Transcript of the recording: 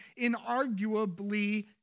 inarguably